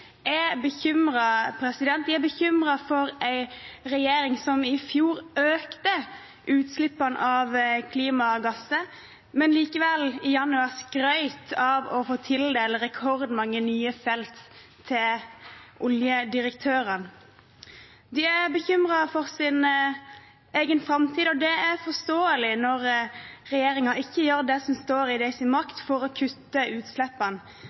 er bekymret for en regjering som i fjor økte utslippene av klimagasser, men likevel i januar skrøt av å få tildele rekordmange nye felt til oljedirektørene. De er bekymret for sin egen framtid, og det er forståelig når regjeringen ikke gjør det som står i deres makt for å kutte utslippene,